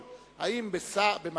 אבל הוא העיר הערה לכנסת,